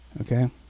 okay